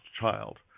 child